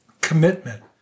Commitment